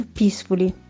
peacefully